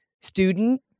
student